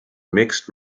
mixed